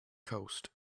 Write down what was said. coast